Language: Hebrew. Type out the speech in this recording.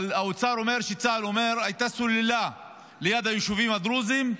אבל האוצר אומר שצה"ל אומר: הייתה סוללה ליד היישובים הדרוזיים,